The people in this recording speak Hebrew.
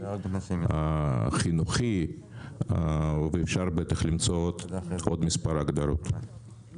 חינוכי ואפשר בטח למצוא עוד מספר הגדרות.